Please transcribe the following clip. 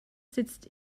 sitzt